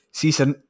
season